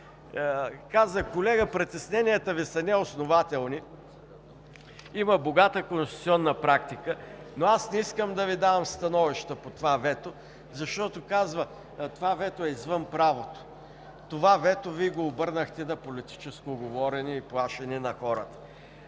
Каза: колега, притесненията Ви са неоснователни, има богата конституционна практика, но аз не искам да Ви давам становища по това вето, защото, казва, това вето е извън правото. Това вето Вие го обърнахте на политическо говорене и плашене на хората.